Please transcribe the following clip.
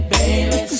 Baby